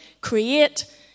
create